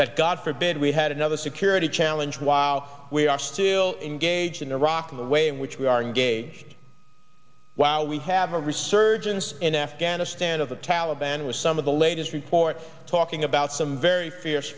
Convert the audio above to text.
that god forbid we had another security challenge while we are still engaged in iraq in a way in which we are engaged wow we have a resurgence in afghanistan of the taliban was some of the latest report talking about some very fierce